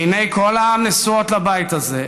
עיני כל העם נשואות לבית הזה,